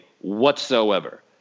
whatsoever